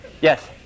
Yes